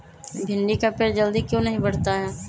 भिंडी का पेड़ जल्दी क्यों नहीं बढ़ता हैं?